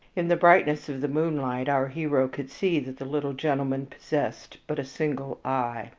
in the brightness of the moonlight our hero could see that the little gentleman possessed but a single eye,